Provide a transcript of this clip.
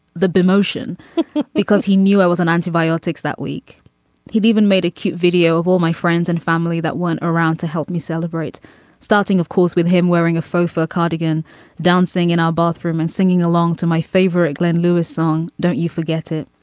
the demotion because he knew i was on antibiotics that week he'd even made a cute video of all my friends and family that weren't around to help me celebrate starting of course with him wearing a faux fur cardigan dancing in our bathroom and singing along to my favorite glenn lewis song. don't you forget it.